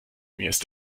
ist